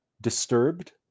disturbed